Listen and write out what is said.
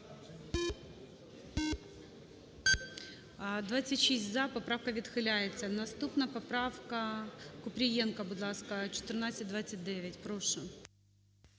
За-26 Поправка відхиляється. Наступна поправка. Купрієнко, будь ласка, 1429. Прошу.